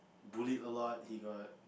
bullied a lot he got